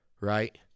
right